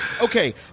okay